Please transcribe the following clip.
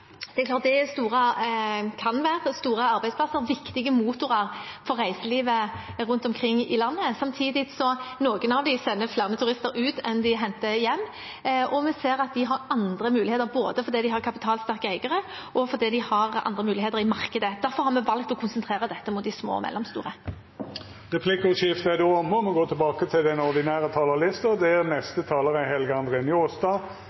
store arbeidsplassene er viktige motorer for reiselivet rundt omkring i landet, samtidig som noen av dem sender flere turister ut enn de henter hjem. Vi ser at de har andre muligheter både fordi de har kapitalsterke eiere, og fordi de har andre muligheter i markedet. Derfor har vi valgt å konsentrere dette mot de små og mellomstore. Replikkordskiftet er omme. Dei talarane som heretter får ordet, har også ei taletid på inntil 3 minutt. Det